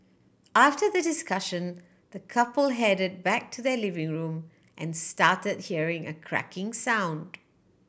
after the discussion the couple headed back to their living room and started hearing a cracking sound